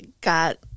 got